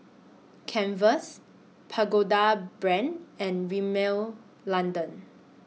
Converse Pagoda Brand and Rimmel London